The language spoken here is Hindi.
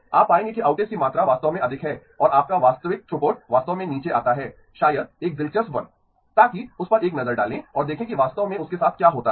आप पाएंगे कि आउटेज की मात्रा वास्तव में अधिक है और आपका वास्तविक थ्रूपुट वास्तव में नीचे आता है शायद एक दिलचस्प वन ताकि उस पर एक नज़र डालें और देखें कि वास्तव में उसके साथ क्या होता है